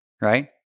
right